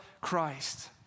Christ